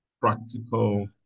practical